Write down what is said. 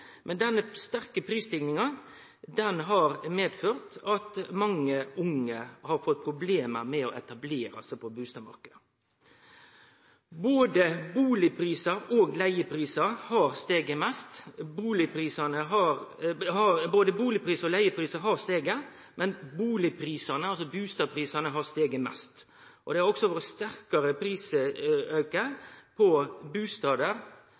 Men denne sterke prisstigninga har medført at mange unge har fått problem med å etablere seg på bustadmarknaden. Både bustadprisar og leigeprisar har stige, men bustadprisane har stige mest. Det har også vore sterkare